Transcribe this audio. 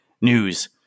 news